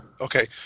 Okay